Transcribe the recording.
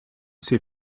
see